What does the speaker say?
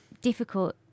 difficult